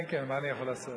כן כן, מה אני יכול לעשות?